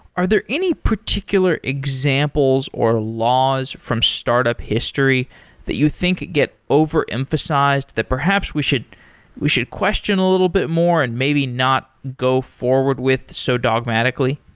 are there any particular examples, or laws from startup history that you think get over-emphasized that perhaps we should we should question a little bit more and maybe not go forward with so dogmatically?